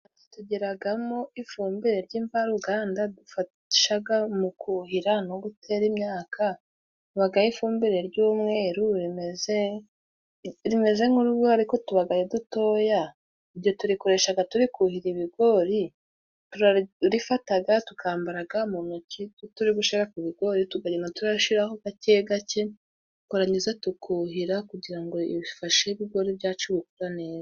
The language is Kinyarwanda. Tugiramo ifumbire y'imvaruganda idufasha mu kuhira no gutera imyaka habaho ifumbire y'umweru imeze nk'urugo ariko tuba ari dutoya, iyo tuyikoresha turi kuhira ibigori turayifata tukambara ga mu ntoki turi gushyira ku bigori tukajya dushyiraho gake gake twarangiza tukuhira kugira ngo ibifashe ibigori byacu neza.